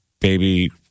baby